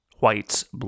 whites